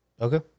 Okay